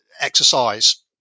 exercise